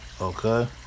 Okay